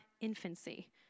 infancy